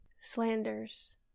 slanders